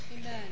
Amen